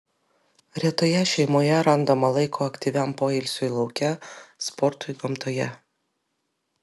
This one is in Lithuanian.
retoje šeimoje randama laiko aktyviam poilsiui lauke sportui gamtoje